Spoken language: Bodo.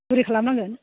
बोरै खालामनांगोन